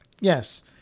Yes